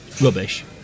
rubbish